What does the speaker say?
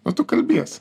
o tu kalbėsi